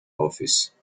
office